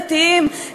דתיים,